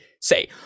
say